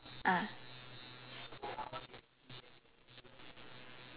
ah